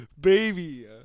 Baby